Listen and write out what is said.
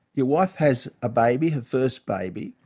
your wife has a baby, her first baby.